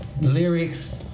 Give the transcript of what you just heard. lyrics